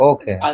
Okay